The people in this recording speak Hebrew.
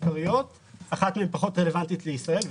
עיקריות כאשר אחת מהן פחות רלוונטית לישראל,